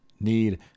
need